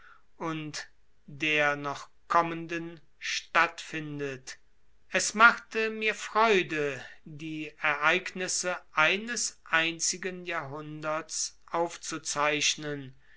und der kommenden es machte mir freude die ereignisse eines einzigen jahrhunderts aufzuzeichnen